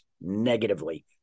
negatively